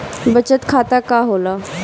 बचत खाता का होला?